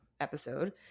episode